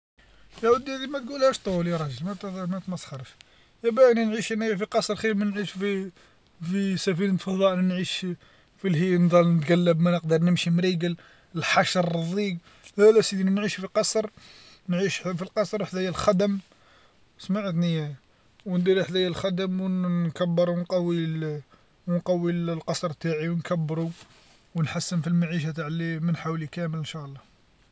ياودي هادي ماتقولهاش طول يا راجل ماتمسخرش ها باين أن نعيش أنايا في قصر خير مانعيش في في سفينه فضاء نعيش نظل نتقلب ما نقدر نمشي مريقل الحشر الظيق لا لا سيدي نعيش في قصر نعيش في القصر حدايا الخدم سمعتني وندير حذايا الخدم و نكبر و نقوي و نقوي لقصر نتاعي و نكبرو ونحسن في المعيشه نتاع لي من حولي كامل إن شاء الله.